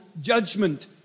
judgment